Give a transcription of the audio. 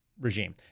regime